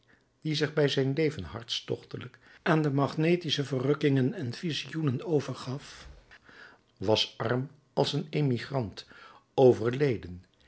die zich bij zijn leven hartstochtelijk aan de magnetische verrukkingen en vizioenen overgaf was arm als emigrant overleden